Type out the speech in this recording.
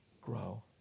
grow